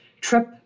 trip